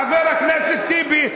חבר הכנסת טיבי,